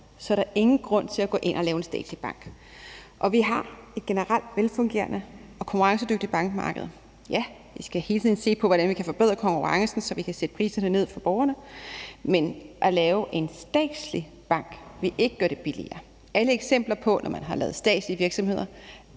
er der ingen grund til at gå ind og lave en statslig bank. Vi har et generelt velfungerende og konkurrencedygtigt bankmarked. Ja, vi skal hele tiden se på, hvordan vi kan forbedre konkurrencen, så vi kan sætte priserne ned for borgerne, men at lave en statslig bank vil ikke gøre det billigere. Alle eksempler på statslige virksomheder